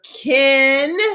Ken